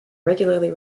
regularly